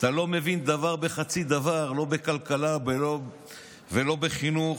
אתה לא מבין דבר ולא חצי דבר לא בכלכלה ולא בחינוך.